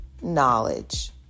knowledge